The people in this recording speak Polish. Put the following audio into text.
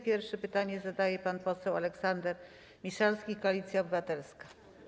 Pierwsze pytanie zadaje pan poseł Aleksander Miszalski, Koalicja Obywatelska.